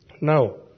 now